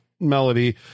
melody